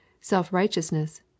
self-righteousness